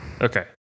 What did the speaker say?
Okay